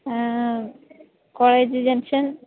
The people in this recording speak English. college junction